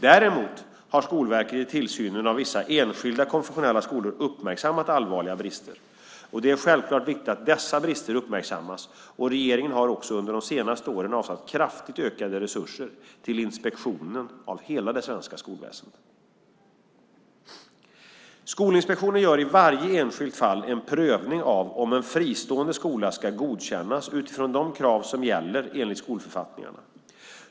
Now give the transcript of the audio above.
Däremot har Skolverket i tillsynen av vissa enskilda konfessionella skolor uppmärksammat allvarliga brister. Det är självklart viktigt att dessa brister uppmärksammas, och regeringen har också under de senaste åren avsatt kraftigt ökade resurser till inspektionen av hela det svenska skolväsendet. Skolinspektionen gör i varje enskilt fall en prövning av om en fristående skola ska godkännas utifrån de krav som gäller enligt skolförfattningarna.